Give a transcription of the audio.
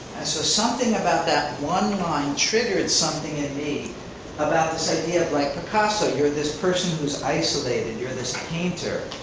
and so something about that one line triggered something in me about this idea of like picasso. you're this person who's isolated. you're this painter.